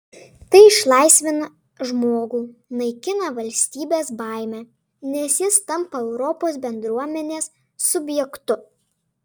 tai išlaisvina žmogų naikina valstybės baimę nes jis tampa europos bendruomenės subjektu